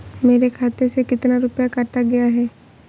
मेरे खाते से कितना रुपया काटा गया है?